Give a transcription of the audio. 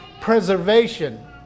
preservation